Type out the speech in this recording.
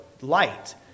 light